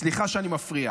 סליחה שאני מפריע,